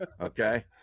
Okay